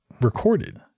recorded